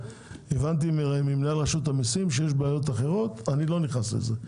הבנתי ממנהל רשות המסים שיש בעיות אחרות ואני לא נכנס לזה,